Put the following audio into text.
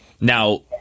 now